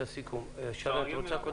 עכשיו את סלקום TV ואת הפלאפון TV,